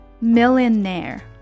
millionaire